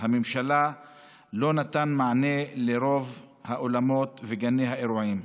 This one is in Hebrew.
הממשלה לא נתן מענה לרוב האולמות וגני האירועים.